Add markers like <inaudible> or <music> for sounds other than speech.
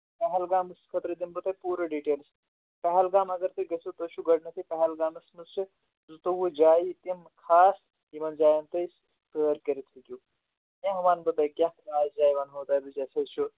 پہلگامَس خٲطرٕ دِمہٕ بہٕ تۄہہِ پوٗرٕ ڈِٹیل پہلگام اَگر تُہۍ گٔژھِو تۄہہِ چھُو گۄڈٕنٮ۪تھٕے پہلگامَس منٛز چھِ زٕتووُہ جایہِ تِم خاص یِمَن جاین تُہۍ سٲر کٔرِتھ ہیٚکِو کیٛاہ وَنہٕ بہٕ تۄہہِ کیٛاہ <unintelligible> جایہِ وَنہو تۄہہِ بہٕ جیسے چھُ